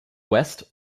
west